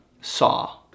saw